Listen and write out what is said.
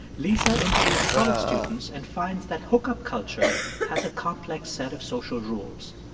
lisa interviews college students and finds that hookup culture has a complex set of social rules.